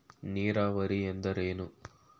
ನೀರಾವರಿ ಎಂದರೇನು?